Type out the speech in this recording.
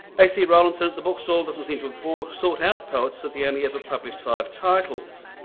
ac rowlinson at the bookstall doesn't seem to have bore sort-out poets for the only ever published five titles.